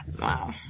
Wow